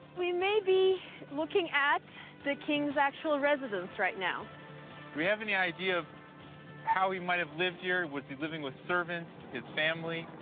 we may be looking at the king's actual residence right now. do we have any idea of how he might have lived here? was he living with servants, his family?